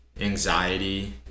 anxiety